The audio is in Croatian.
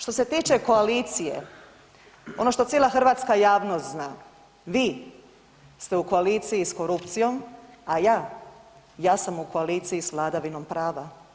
Što se tiče koalicije, ono što cijela hrvatska javnost zna, vi ste u koaliciji s korupciji, a ja, ja sam u koaliciji s vladavinom prava.